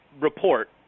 report